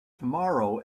tomorrow